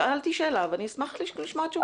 שאלתי שאלה ואני אשמח לשמוע תשובה.